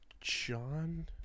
John